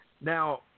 Now